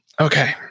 Okay